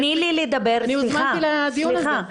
אני הוזמנתי לדיון הזה.